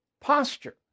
posture